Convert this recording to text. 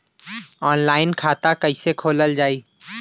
Online खाता कईसे खोलल जाई?